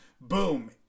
boom